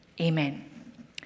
Amen